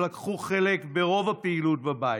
שלקחו חלק ברוב הפעילות בבית,